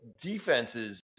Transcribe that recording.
defenses